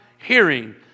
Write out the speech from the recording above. Hearing